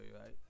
right